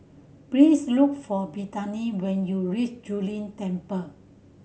please look for Brittany when you reach Zu Lin Temple